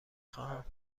خواهم